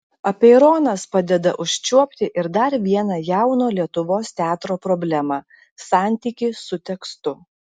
apeironas padeda užčiuopti ir dar vieną jauno lietuvos teatro problemą santykį su tekstu